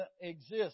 exist